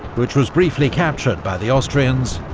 which was briefly captured by the austrians,